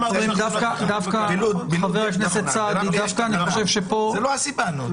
בלוד יש --- זה לא הסיבה, נו.